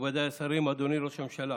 מכובדיי השרים, אדוני ראש הממשלה,